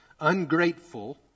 ungrateful